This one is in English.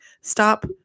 stop